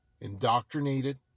indoctrinated